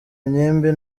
ngimbi